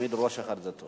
תמיד ראש אחד זה טוב.